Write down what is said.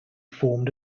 formed